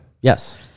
Yes